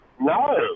No